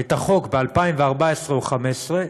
את החוק ב-2014 או 2015,